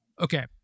okay